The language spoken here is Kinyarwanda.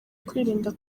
kwirinda